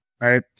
right